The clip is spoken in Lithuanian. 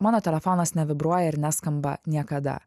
mano telefonas nevibruoja ir neskamba niekada